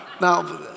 Now